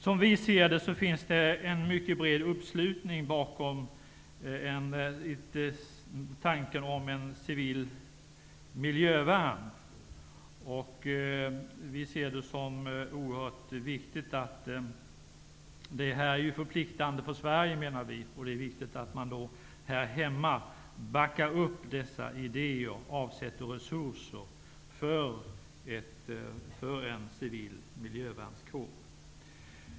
Som vi ser det finns det en mycket bred uppslutning bakom tanken om ett civilt miljövärn. Vi anser att detta är mycket förpliktande för Sverige. Det är därför viktigt att man här hemma backar upp dessa idéer och avsätter resurser för en civil miljövärnskår.